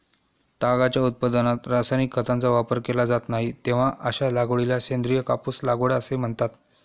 तागाच्या उत्पादनात रासायनिक खतांचा वापर केला जात नाही, तेव्हा अशा लागवडीला सेंद्रिय कापूस लागवड असे म्हणतात